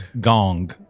Gong